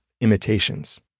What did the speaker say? imitations